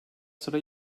sıra